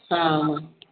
ஆ